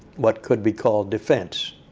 what could be called defense.